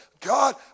God